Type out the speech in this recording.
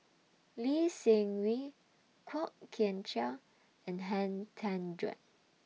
Lee Seng Wee Kwok Kian Chow and Han Tan Juan